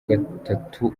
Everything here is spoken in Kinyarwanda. gatatu